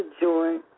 joy